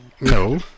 No